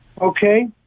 Okay